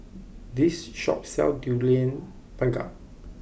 this shop sells Durian Pengat